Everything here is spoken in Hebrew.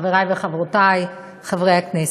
חברי וחברותי חברי הכנסת,